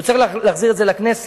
הוא צריך להחזיר אותו לכנסת.